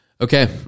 Okay